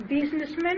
businessmen